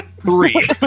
Three